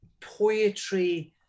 poetry